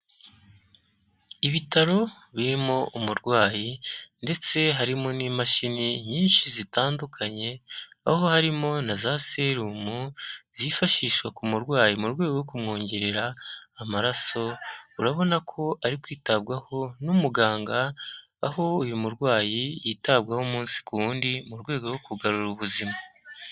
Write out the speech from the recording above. Ibitaro birimo umurwayi ndetse harimo n'imashini nyinshi zitandukanye aho harimo na za serumu zifashishwa ku murwayi mu rwego rwo kumwongerera amaraso urabona ko ari kwitabwaho n'umuganga aho uyu murwayi yitabwaho umunsi ku w'undi mu rwego rwo kugarura ubuzima.